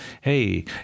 Hey